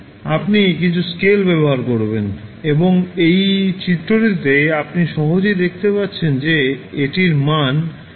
আপনি কিছু স্কেল ব্যবহার করবেন এবং এই চিত্রটিতে আপনি সহজেই দেখতে পাচ্ছেন যে এটির মান 10 δ